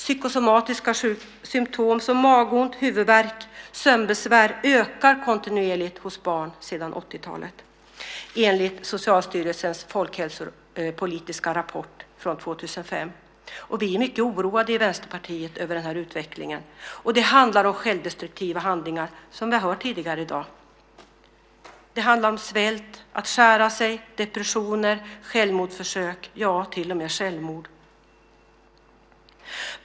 Psykosomatiska symtom som magont, huvudvärk och sömnbesvär har ökat kontinuerligt hos barn sedan 80-talet enligt Socialstyrelsens folkhälsopolitiska rapport från 2005. Vi i Vänsterpartiet är mycket oroade över den här utvecklingen. Det handlar om självdestruktiva handlingar, som vi har hört tidigare i dag. Det handlar om svält, om att man skär sig, om depressioner, om självmordsförsök - ja, till och med självmord.